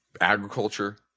agriculture